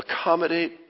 accommodate